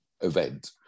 event